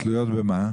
תלויות במה?